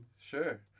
Sure